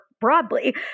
broadly